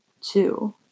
two